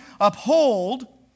uphold